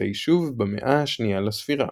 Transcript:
את היישוב במאה השנייה לספירה.